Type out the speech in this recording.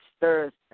Thursday